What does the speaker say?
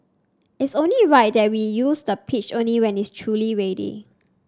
it's only right that we use the pitch only when it's truly ready